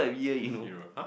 hero !huh!